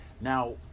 Now